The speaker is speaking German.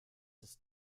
ist